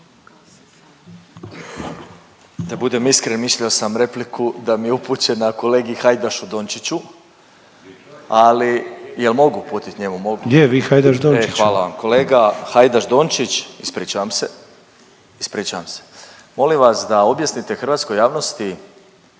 Da budem iskren, mislio sam repliku da mi upućuje na kolegi Hajdašu Dončiću, ali, je li mogu uputiti njemu? Mogu? .../Upadica: Je, vi Hajdaš Dončiću./... E hvala vam kolega Hajdaš Dončić, ispričavam se. Ispričavam se. Molim vas da objasnite hrvatskoj javnosti